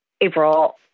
april